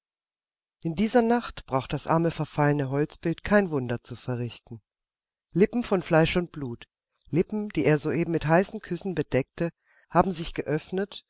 in dieser nacht braucht das arme verfallene holzbild kein wunder zu verrichten lippen von fleisch und blut lippen die er soeben mit heißen küssen bedeckte haben sich geöffnet